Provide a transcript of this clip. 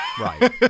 Right